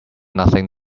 nothing